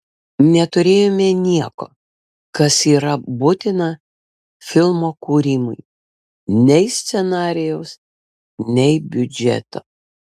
neturėjome nieko kas yra būtina filmo kūrimui nei scenarijaus nei biudžeto